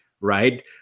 right